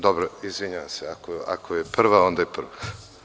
Dobro, izvinjavam se ako je prva, onda je prva.